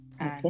Okay